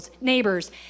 neighbors